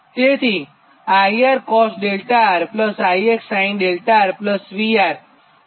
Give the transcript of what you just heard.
તેથી | I | R cos 𝛿𝑅 IX sin 𝛿𝑅 VR સમીકરણ 5 થશે